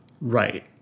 Right